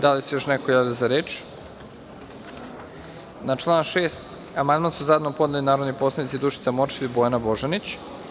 Da li se još neko javlja za reč? (Ne) Na član 6. amandman su zajedno podnele narodne poslanice Dušica Morčev i Bojana Božanić.